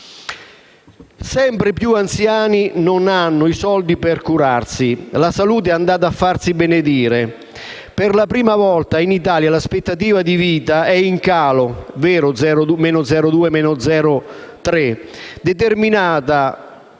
Sempre più anziani non hanno i soldi per curarsi. La salute è andata a farsi benedire. Per la prima volta in Italia l'aspettativa di vita è in calo (-0,2, -0,3